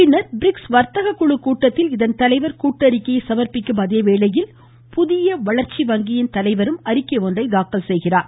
பின்னர் பிரிக்ஸ் வர்த்தக குழு கூட்டத்தில் இதன் தலைவர் கூட்டறிக்கையை சமர்ப்பிக்கும் அதேவேளையில் புதிய மேம்பாட்டு வங்கியின் தலைவரும் அறிக்கை ஒன்றை தாக்கல் செய்கிறார்